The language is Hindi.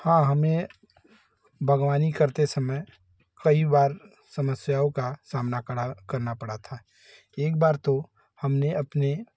हाँ हमें बाग़वानी करते समय कई बार समस्याओं का सामना करा करना पड़ा था एक बार तो हमने अपने